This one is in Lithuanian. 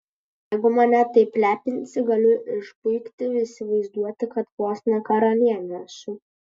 jeigu mane taip lepinsi galiu išpuikti įsivaizduoti kad vos ne karalienė esu